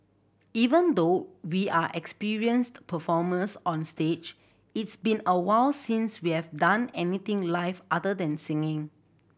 even though we are experienced performers on stage it's been a while since we have done anything live other than singing